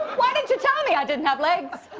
why didn't you tell me i didn't have legs?